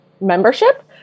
membership